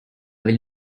will